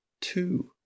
two